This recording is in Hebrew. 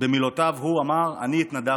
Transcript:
במילותיו הוא, אמר: אני התנדבתי.